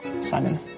simon